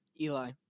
Eli